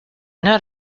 not